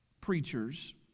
preachers